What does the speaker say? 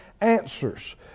answers